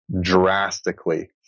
drastically